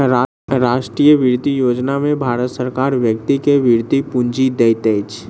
राष्ट्रीय वृति योजना में भारत सरकार व्यक्ति के वृति पूंजी दैत अछि